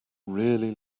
really